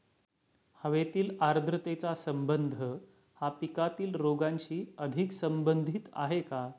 हवेतील आर्द्रतेचा संबंध हा पिकातील रोगांशी अधिक संबंधित आहे का?